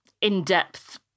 in-depth